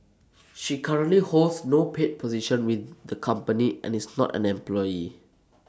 she currently holds no paid position with the company and is not an employee